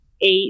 eight